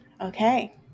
Okay